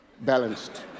balanced